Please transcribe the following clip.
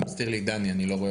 ואני חושב